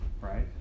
right